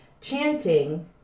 chanting